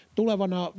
tulevana